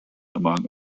among